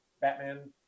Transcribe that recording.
Batman